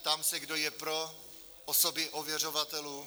Ptám se, kdo je pro osoby ověřovatelů?